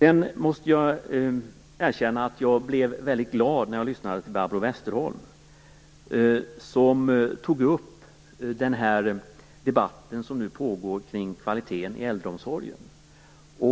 Jag måste erkänna att jag blev väldigt glad när jag lyssnade på Barbro Westerholm, som tog upp den debatt som nu pågår kring kvaliteten i äldreomsorgen.